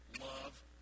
love